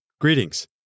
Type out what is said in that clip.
Greetings